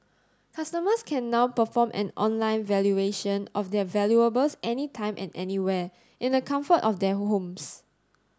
customers can now perform an online valuation of their valuables any time and anywhere in the comfort of their homes